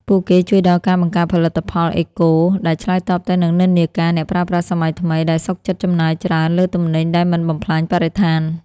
ពួកគេជួយដល់ការបង្កើតផលិតផលអេកូ ដែលឆ្លើយតបទៅនឹងនិន្នាការអ្នកប្រើប្រាស់សម័យថ្មី ដែលសុខចិត្តចំណាយច្រើនលើទំនិញដែលមិនបំផ្លាញបរិស្ថាន។